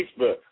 Facebook